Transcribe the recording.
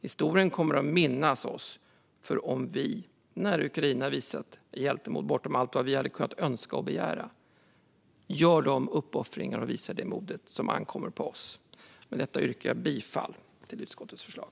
Historien kommer att minnas oss om vi, när Ukraina visat hjältemod bortom allt vi hade kunnat önska och begära, gör de uppoffringar och visar det mod som ankommer på oss. Med detta yrkar jag bifall till utskottets förslag.